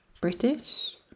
British